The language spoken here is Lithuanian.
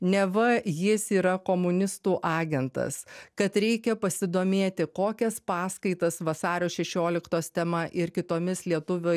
neva jis yra komunistų agentas kad reikia pasidomėti kokias paskaitas vasario šešioliktos tema ir kitomis lietuvių